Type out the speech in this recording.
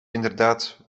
inderdaad